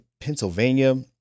Pennsylvania